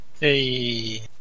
Hey